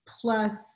plus